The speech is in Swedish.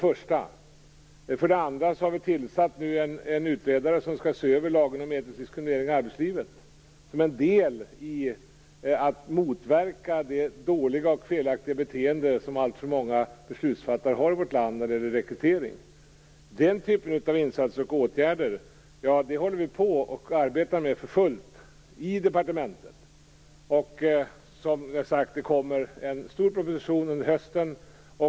För det andra har vi tillsatt en utredare som skall se över lagen om etnisk diskriminering i arbetslivet; detta som en del i arbetet med att motverka det dåliga och felaktiga beteende som alltför många beslutsfattare i vårt land har när det gäller rekrytering. Den typen av insatser och åtgärder arbetar vi i departementet för fullt med. Vidare kommer det, som sagt, en stor proposition till hösten.